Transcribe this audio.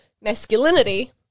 masculinity